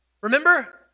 Remember